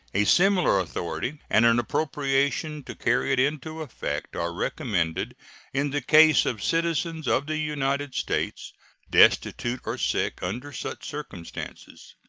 a similar authority and an appropriation to carry it into effect are recommended in the case of citizens of the united states destitute or sick under such circumstances.